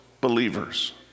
believers